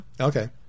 Okay